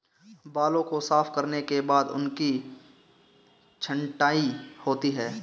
बालों को साफ करने के बाद उनकी छँटाई होती है